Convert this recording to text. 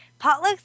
Potlucks